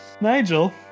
Nigel